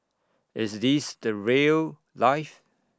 is this the rail life